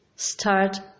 Start